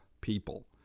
people